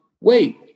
wait